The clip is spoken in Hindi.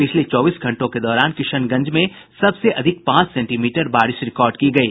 पिछले चौबीस घंटों के दौरान किशनगंज में सबसे अधिक पांच सेंटीमीटर बारिश रिकार्ड की गयी